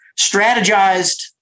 strategized